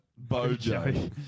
Bojo